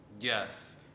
yes